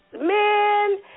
man